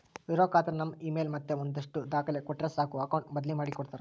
ಇರೋ ಖಾತೆನ ನಮ್ ಇಮೇಲ್ ಮತ್ತೆ ಒಂದಷ್ಟು ದಾಖಲೆ ಕೊಟ್ರೆ ಸಾಕು ಅಕೌಟ್ ಬದ್ಲಿ ಮಾಡಿ ಕೊಡ್ತಾರ